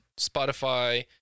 spotify